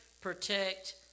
protect